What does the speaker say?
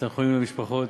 ותנחומים למשפחות,